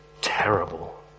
terrible